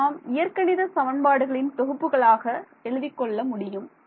இதை நாம் இயற்கணித சமன்பாடுகளின் தொகுப்புகளாக எழுதிக் கொள்ள முடியும்